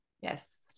yes